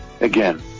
again